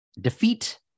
defeat